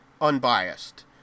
unbiased